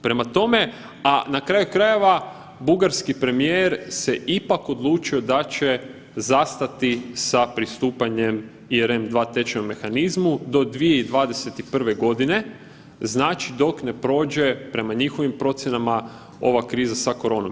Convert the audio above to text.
Prema tome, a na kraju krajeva bugarski premijer se ipak odlučio da će zastati sa pristupanjem i EREM2 tečajnom mehanizmu do 2021.g., znači do ne prođe prema njihovim procjenama ova kriza sa koronom.